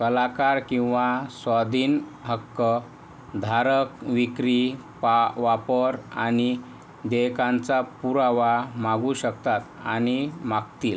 कलाकार किंवा स्वाधीन हक्कधारक विक्री वा वापर आणि देयकांचा पुरावा मागू शकतात आणि मागतील